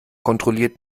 kontrolliert